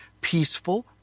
peaceful